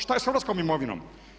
Što je s hrvatskom imovinom?